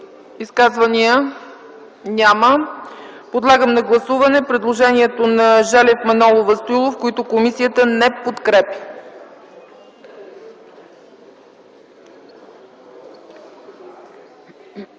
Изказвания? Няма. Подлагам на гласуване предложението на Желев, Манолова и Стоилов, което комисията не подкрепя.